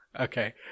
Okay